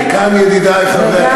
וכאן, ידידי חברי הכנסת, וגם,